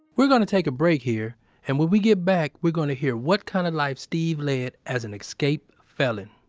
we're gonna take a break here and when we get back, we're gonna hear what kind of life steve led as an escaped felon